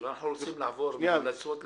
אבל אנחנו רוצים לעבור מהמלצות לביצוע.